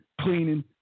cleaning